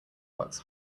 works